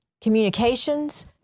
communications